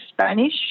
spanish